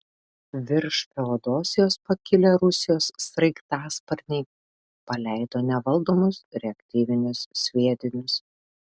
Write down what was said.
virš feodosijos pakilę rusijos sraigtasparniai paleido nevaldomus reaktyvinius sviedinius